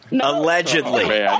Allegedly